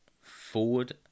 forward